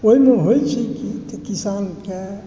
ओहिमे होइ छै की तऽ किसानकेँ